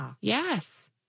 yes